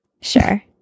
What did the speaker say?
Sure